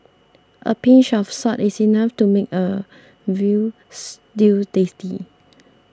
a pinch of salt is enough to make a Veal Stew tasty